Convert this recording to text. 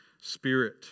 spirit